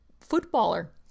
footballer